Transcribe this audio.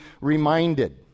reminded